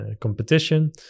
competition